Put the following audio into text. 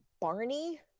Barney